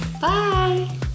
Bye